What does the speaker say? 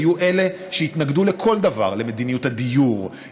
היו אלה שהתנגדו לכל דבר: למדיניות הדיור,